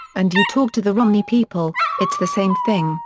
and you talk to the romney people, it's the same thing,